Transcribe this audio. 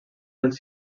dels